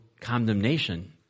condemnation